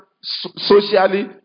socially